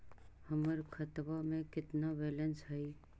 हमर खतबा में केतना बैलेंस हई?